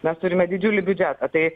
mes turime didžiulį biudžetą tai